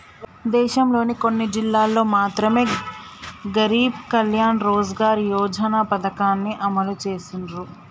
దేశంలోని కొన్ని జిల్లాల్లో మాత్రమె గరీబ్ కళ్యాణ్ రోజ్గార్ యోజన పథకాన్ని అమలు చేసిర్రు